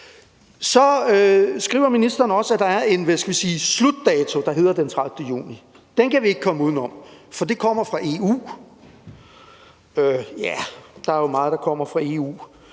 Så skriver ministeren også, at der er en slutdato, der hedder den 30. juni. Den kan vi ikke komme uden om, for den kommer fra EU. Ja, der er jo meget, der kommer fra EU,